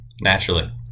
Naturally